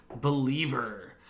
Believer